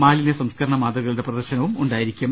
മാലിന്യസംസ്കരണ മാതൃകക്ളുടെ പ്രദർശനവും ഉണ്ടായിരിക്കും